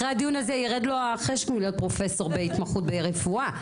אחרי הדיון הזה ירד לו החשק מלהיות פרופ' בהתמחות ברפואה.